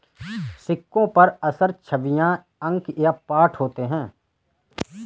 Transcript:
सिक्कों पर अक्सर छवियां अंक या पाठ होते हैं